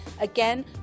again